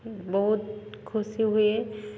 ବହୁତ ଖୁସି ହୁଏ